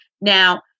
Now